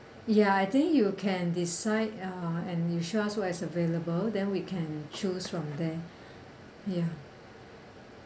ya I think you can decide uh and you show us what is available then we can choose from there ya